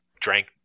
drank